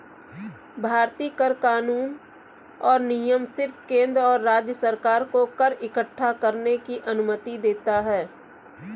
भारतीय कर कानून और नियम सिर्फ केंद्र और राज्य सरकार को कर इक्कठा करने की अनुमति देता है